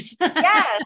Yes